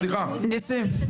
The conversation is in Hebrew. רק לסיים.